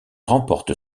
remporte